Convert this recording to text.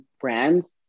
brands